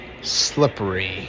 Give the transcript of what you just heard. slippery